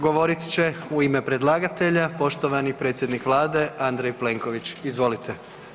Govorit će u ime predlagatelja poštovani predsjednik vlade Andrej Plenković, izvolite.